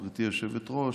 גברתי היושבת-ראש,